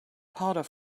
powder